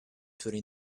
twenty